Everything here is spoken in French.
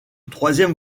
troisième